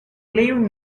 leave